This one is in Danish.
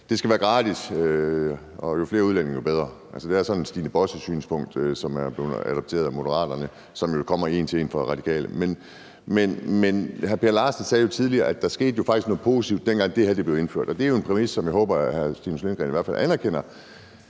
det skal være gratis, og jo flere udlændinge, jo bedre. Altså, det er sådan et Stine Bosse-synspunkt, som er blevet adopteret af Moderaterne, og som jo kommer en til en fra Radikale. Men hr. Per Larsen sagde tidligere, at der jo faktisk skete noget positivt, dengang det her blev indført, og det er en præmis, som jeg håber hr. Stinus Lindgreen i hvert fald anerkender,